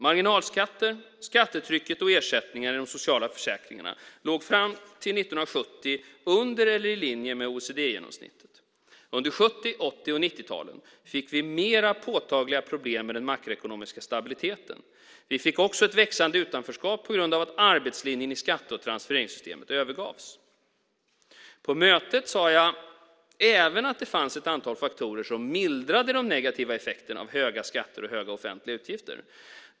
Marginalskatter, skattetryck och ersättningar i de sociala försäkringarna låg fram till 1970 under eller i linje med OECD-genomsnittet. Under 70-, 80 och 90-talen fick vi mer påtagliga problem med den makroekonomiska stabiliteten. Vi fick också ett växande utanförskap på grund av att arbetslinjen i skatte och transfereringssystemen övergavs. På mötet sade jag även att det fanns ett antal faktorer som mildrade den negativa effekten av höga skatter och höga offentliga utgifter.